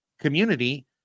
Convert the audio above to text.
community